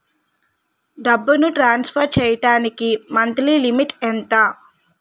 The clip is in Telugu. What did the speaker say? డబ్బును ట్రాన్సఫర్ చేయడానికి మంత్లీ లిమిట్ ఎంత?